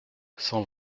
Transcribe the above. cent